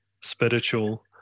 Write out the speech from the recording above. spiritual